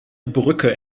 brücke